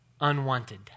unwanted